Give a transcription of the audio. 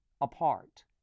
apart